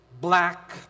Black